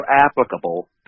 applicable